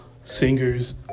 singers